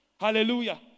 Hallelujah